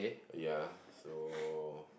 ya so